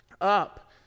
up